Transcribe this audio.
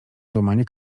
złamanie